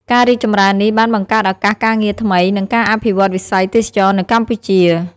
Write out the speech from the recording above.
ការរីកចម្រើននេះបានបង្កើតឱកាសការងារថ្មី និងការអភិវឌ្ឍន៍វិស័យទេសចរណ៍នៅកម្ពុជា។